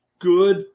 good